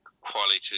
quality